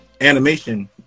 animation